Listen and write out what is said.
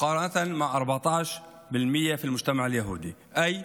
לעומת 14% בחברה היהודית, כלומר